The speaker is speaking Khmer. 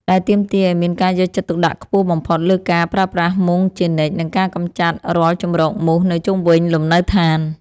ដែលទាមទារឱ្យមានការយកចិត្តទុកដាក់ខ្ពស់បំផុតលើការប្រើប្រាស់មុងជានិច្ច និងការកម្ចាត់រាល់ជម្រកមូសនៅជុំវិញលំនៅឋាន។